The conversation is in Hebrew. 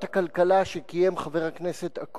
הנושא באמת הועלה על-פי בקשתי ובקשתו של חבר הכנסת אלקין.